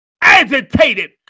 agitated